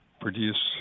produce